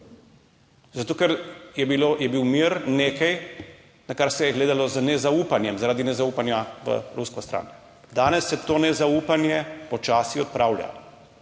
bilo, je bil mir nekaj, na kar se je gledalo z nezaupanjem, zaradi nezaupanja v rusko stran. Danes se to nezaupanje počasi odpravlja.